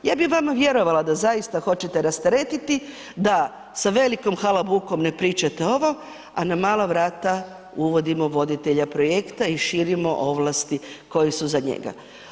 Ja bih vama vjerovala da zaista hoćete rasteretiti, da sa velikom halabukom ne pričate ovo, a na mala vrata uvodimo voditelja projekta i širimo ovlasti koje su za njega.